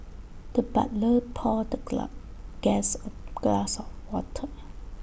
the butler poured the guest A glass of water